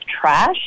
trash